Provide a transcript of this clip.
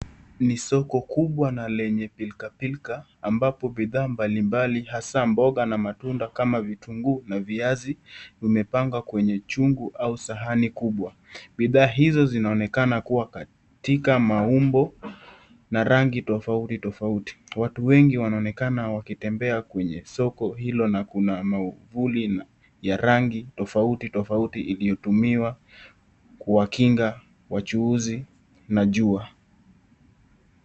Ni soko kubwa na lenye vilka pilka pilka, ambapo bidhaa mbalimbali hasaa mboga na matunda kama vitunguu na viazi, vimepanga kwenye chungu au sahani kubwa. Bidhaa hizo zinaonekana kuwa katika maumbo na rangi tofauti tofauti. Watu wengi wanaonekana wakitembea kwenye soko hilo na kuna mwavuli ya rangi tofauti tofauti iliyotumiwa kuwakinga wachuuzi na jua.